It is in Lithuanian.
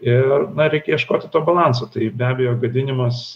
ir na reikia ieškoti to balanso tai be abejo gadinimas